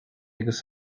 agus